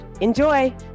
Enjoy